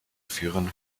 führen